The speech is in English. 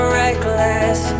reckless